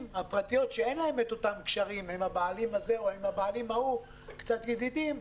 הפרטיות שאין להן אותם קשרים עם הבעלים הזה או האחר והם קצת ידידים,